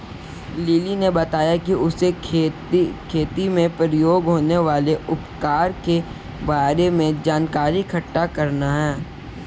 lily ने बताया कि उसे खेती में प्रयोग होने वाले उपकरण के बारे में जानकारी इकट्ठा करना है